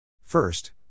First